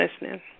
listening